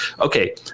okay